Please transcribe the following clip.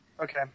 Okay